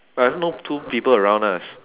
but have no two people around us